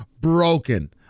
broken